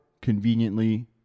conveniently